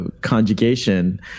conjugation